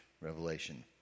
Revelation